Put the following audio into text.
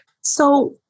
So-